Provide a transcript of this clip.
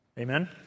amen